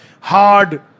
hard